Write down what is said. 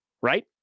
right